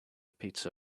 pizza